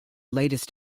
latest